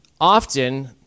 often